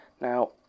Now